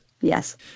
Yes